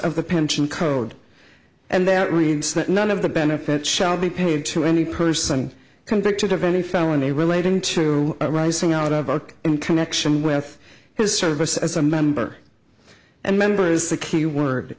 of the pension code and that reads that none of the benefits shall be paid to any person convicted of any felony relating to arising out of arc in connection with his service as a member and member is the key word